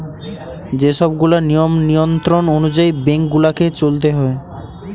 যে সব গুলা নিয়ম নিয়ন্ত্রণ অনুযায়ী বেঙ্ক গুলাকে চলতে হয়